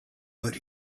but